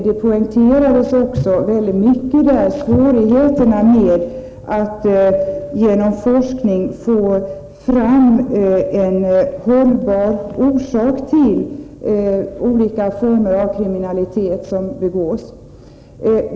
Då poängterades också väldigt mycket svårigheterna med att genom forskning få fram en hållbar orsak till de olika former av kriminalitet som begås.